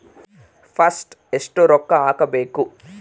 First ಎಷ್ಟು ರೊಕ್ಕ ಹಾಕಬೇಕು?